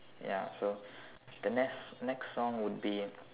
ya so the next next song would be